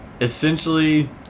Essentially